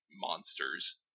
monsters